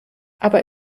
aber